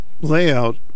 layout